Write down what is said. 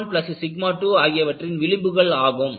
அவை 12ஆகியவற்றின் விளிம்புகள் ஆகும்